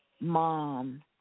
Mom